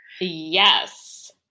Yes